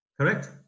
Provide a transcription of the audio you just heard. Correct